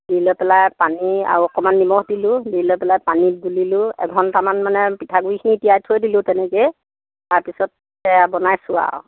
দি লৈ পেলাই পানী আৰু অকণমান নিমখ দিলোঁ দি লৈ পেলাই পানীত গুলিলোঁ এঘণ্টামান মানে পিঠাগুড়িখিনি তিয়াই থৈ দিলোঁ তেনেকৈ তাৰপিছত সেয়া বনাইছোঁ আৰু